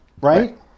Right